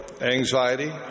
anxiety